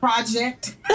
Project